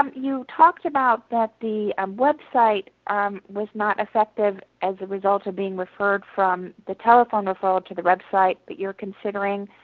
um you talked about that the um website um was not effective as a result of being referred from the telephone referral to the website but you are considering.